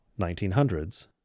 1900s